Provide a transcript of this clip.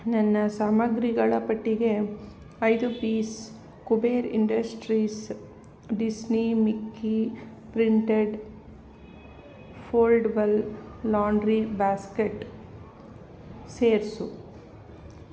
ನನ್ನ ಸಾಮಗ್ರಿಗಳ ಪಟ್ಟಿಗೆ ಐದು piece Kuber industries Disney Mickey printed foldable laundry basket ಸೇರಿಸು